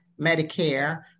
Medicare